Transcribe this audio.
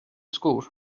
żgur